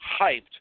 hyped